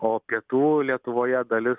o pietų lietuvoje dalis